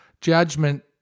judgment